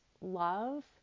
love